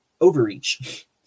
overreach